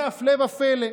והינה הפלא ופלא: